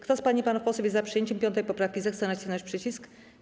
Kto z pań i panów posłów jest za przyjęciem 5. poprawki, zechce nacisnąć przycisk.